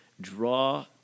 draw